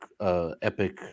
epic